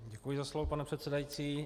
Děkuji za slovo, pane předsedající.